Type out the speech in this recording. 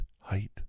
height